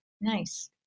Nice